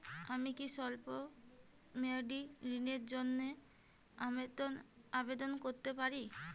আমি কি স্বল্প মেয়াদি ঋণের জন্যে আবেদন করতে পারি?